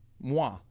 moi